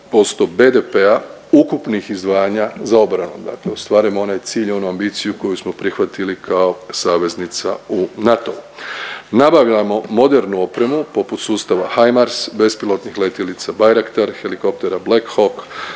2,01% BDP-a ukupnih izdvajanja za obranu, dakle ostvarujemo onaj cilj i onu ambiciju koju smo prihvatili kao saveznica u NATO-u. Nabavljamo modernu opremu poput sustava Haymars, bespilotnih letjelica Bayraktar, helikoptera Black Hawk,